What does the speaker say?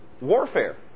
warfare